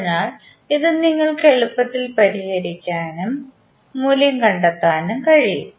അതിനാൽ ഇത് നിങ്ങൾക്ക് എളുപ്പത്തിൽ പരിഹരിക്കാനും മൂല്യം കണ്ടെത്താനും കഴിയും